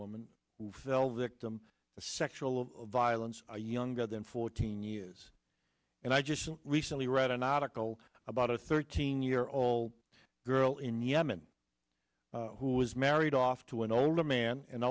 of sexual violence are younger than fourteen years and i just recently read an article about a thirteen year old girl in yemen who was married off to an older man and